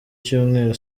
cyumweru